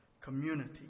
community